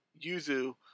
Yuzu